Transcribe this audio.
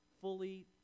fully